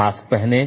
mask पहनें